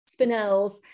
spinels